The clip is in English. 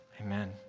Amen